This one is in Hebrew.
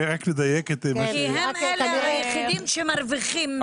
היחידים שמרוויחים.